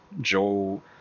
Joe